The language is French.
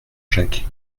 jacques